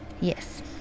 Yes